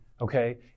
okay